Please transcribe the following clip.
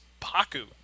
Paku